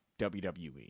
WWE